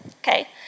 Okay